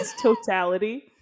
totality